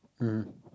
mmhmm